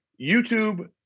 YouTube